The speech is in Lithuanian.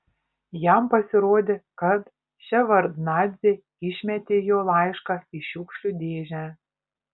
jam pasirodė kad ševardnadzė išmetė jo laišką į šiukšlių dėžę